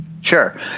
Sure